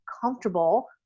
comfortable